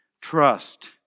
Trust